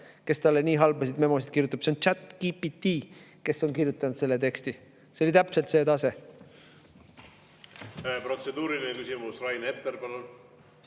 kes talle nii halbasid memosid kirjutab. See on ChatGPT, kes on kirjutanud selle teksti. See oli täpselt see tase. Protseduuriline küsimus, Rain Epler, palun!